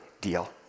deal